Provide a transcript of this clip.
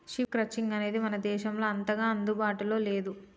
sheep crutching అనేది మన దేశంలో అంతగా అందుబాటులో లేదు